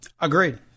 Agreed